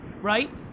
right